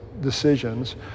decisions